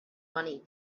money